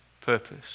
purpose